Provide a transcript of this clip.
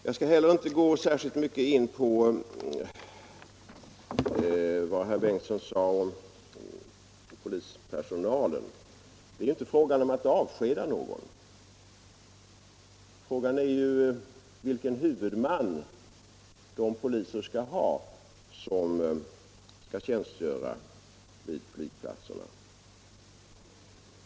Jag skall inte heller gå in särskilt mycket på vad herr Bengtsson i Göteborg sade om polispersonalen. Det är inte fråga om att avskeda någon. Frågan är vilken huvudman de poliser skall ha som skall tjänstgöra vid flygplatserna.